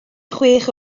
chwech